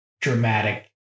dramatic